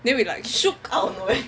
then we like shook